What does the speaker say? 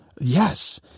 Yes